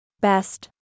Best